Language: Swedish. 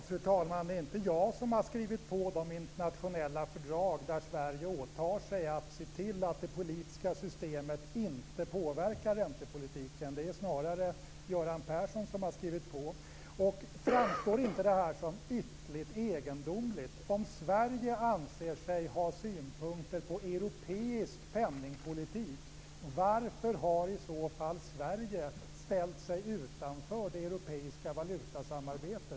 Fru talman! Det är inte jag som har skrivit på de internationella fördrag där Sverige åtar sig att se till att det politiska systemet inte påverkar räntepolitiken. Det är snarare Göran Persson. Framstår inte det som ytterligt egendomligt att Sverige anser sig kunna ha synpunkter på europeisk penningpolitik? Varför har i så fall Sverige ställt sig utanför det europeiska valutasamarbetet?